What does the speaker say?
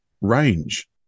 Range